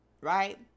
Right